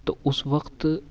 تو اس وقت